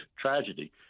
tragedy